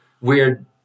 weird